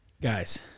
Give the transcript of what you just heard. Guys